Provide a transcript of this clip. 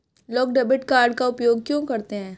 लोग debit card का उपयोग क्यों करते हैं?